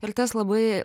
ir tas labai